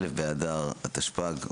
א' באדר התשפ״ג,